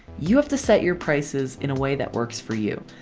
you have to set your prices in a way that works for you.